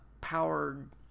powered